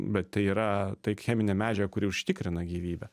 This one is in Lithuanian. bet tai yra cheminė medžiaga kuri užtikrina gyvybę